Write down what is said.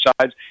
sides